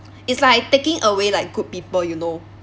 it's like taking away like good people you know